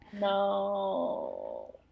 no